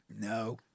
No